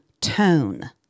tone